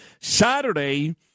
Saturday